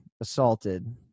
assaulted